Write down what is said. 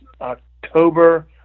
October